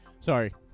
Sorry